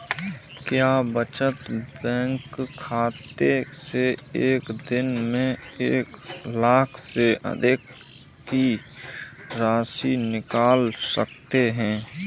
क्या बचत बैंक खाते से एक दिन में एक लाख से अधिक की राशि निकाल सकते हैं?